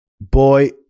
boy